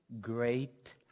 great